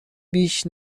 بیش